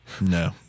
No